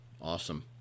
Awesome